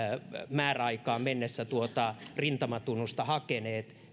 määräaikaan mennessä tuota rintamatunnusta hakeneet